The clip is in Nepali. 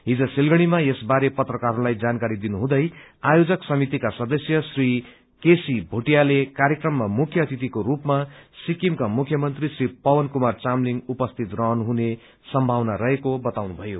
हिज सिलगड़ीमा यसवारे पत्रकारहरूलाई जानकारी दिनुहुँदै आयोजक समितिका सदस्य श्री के सी भोटियाले कार्यक्रममा मुख्य अतिथिको रूपमा सिक्किमका मुख्यमन्त्री श्री पवन कुमार चामलिङ उपस्थित रहनुहुने सम्भावना रहेको बताउनुभयो